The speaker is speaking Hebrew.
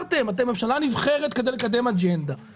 הייתה שם תופעה מרגשת בצד של ההסברה ופתאום